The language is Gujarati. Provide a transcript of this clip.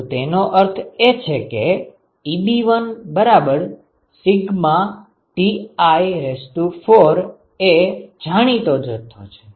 તો તેનો અર્થ એ છે કે EbiσTi4 એ જાણીતો જથ્થો છે